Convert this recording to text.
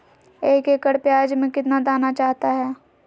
एक एकड़ प्याज में कितना दाना चाहता है?